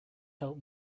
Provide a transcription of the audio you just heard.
help